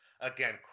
Again